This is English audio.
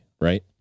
right